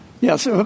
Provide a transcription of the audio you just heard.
Yes